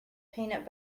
peanut